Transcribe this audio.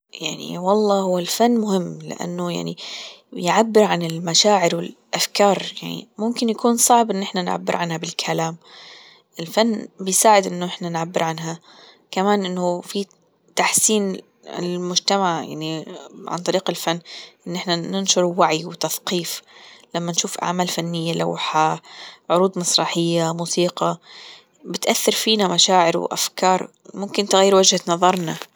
يعني والله هو الفن مهم لأنه يعني يعبر عن المشاعر والأفكارممكن يكون صعب إن إحنا نعبر عنها بالكلام، الفن بيساعد إنه إحنا نعبر عنها كمان إنه في تحسين المجتمع يعني عن طريق الفن إن إحنا ننشر وعي وتثقيف لما نشوف أعمال فنية لوحة ،عروض مسرحية، موسيقى بتأثر فينا مشاعر وأفكار ممكن تغير وجهة نظرنا.